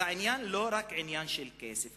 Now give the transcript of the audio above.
אז העניין הוא לא רק עניין של כסף.